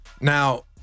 Now